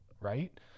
right